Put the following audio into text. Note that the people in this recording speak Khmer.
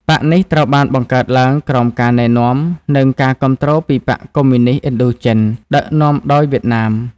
បក្សនេះត្រូវបានបង្កើតឡើងក្រោមការណែនាំ និងការគាំទ្រពីបក្សកុម្មុយនីស្តឥណ្ឌូចិន (ដឹកនាំដោយវៀតណាម)។